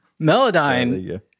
melodyne